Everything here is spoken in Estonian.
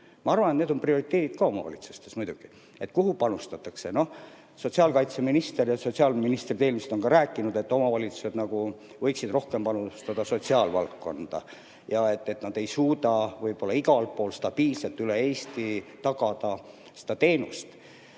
Ma arvan, et need on prioriteedid ka omavalitsustes muidugi, et kuhu panustatakse. Sotsiaalkaitseminister ja ka eelmised sotsiaalministrid on rääkinud, et omavalitsused võiksid rohkem panustada sotsiaalvaldkonda ja et nad ei suuda võib-olla igal pool stabiilselt üle Eesti seda teenust